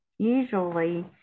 usually